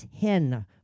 ten